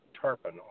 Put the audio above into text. tarpon